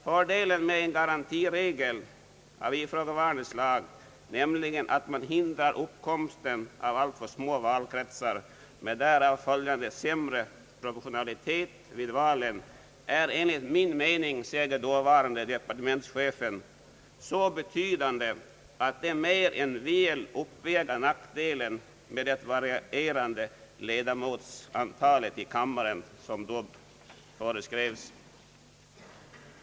Fördelen med en garantiregel av ifrågavarande slag, nämligen att man förhindrar uppkomsten av alltför små valkretsar med därav följande sämre proportionalitet vid valet är enligt min mening, sade dåvarande departementschefen, så betydande att den mer än väl uppväger nackdelen av det varierande ledamotsantal i kammaren som då föreskrevs.